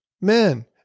Men